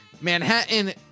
Manhattan